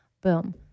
Boom